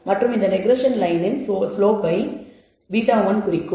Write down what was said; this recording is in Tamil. மற்றும் இந்த ரெக்ரெஸ்ஸன் லயனின் ஸ்லோப்பை β1 குறிக்கும்